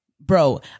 Bro